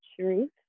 truth